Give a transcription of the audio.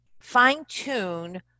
fine-tune